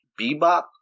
Bebop